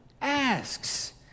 asks